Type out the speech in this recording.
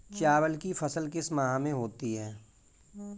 चावल की फसल किस माह में होती है?